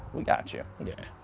we got you. yeah.